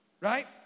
Right